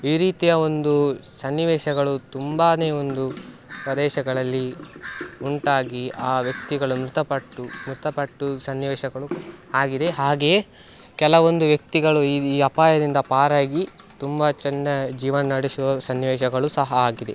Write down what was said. ಈ ರೀತಿಯ ಒಂದು ಸನ್ನಿವೇಶಗಳು ತುಂಬಾ ಒಂದು ಪ್ರದೇಶಗಳಲ್ಲಿ ಉಂಟಾಗಿ ಆ ವ್ಯಕ್ತಿಗಳು ಮೃತಪಟ್ಟು ಮೃತಪಟ್ಟು ಸನ್ನಿವೇಶಗಳು ಆಗಿದೆ ಹಾಗೆಯೇ ಕೆಲವೊಂದು ವ್ಯಕ್ತಿಗಳು ಈ ಅಪಾಯದಿಂದ ಪಾರಾಗಿ ತುಂಬಾ ಚಂದ ಜೀವನ ನಡೆಸುವ ಸನ್ನಿವೇಶಗಳು ಸಹ ಆಗಿದೆ